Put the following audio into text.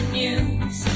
news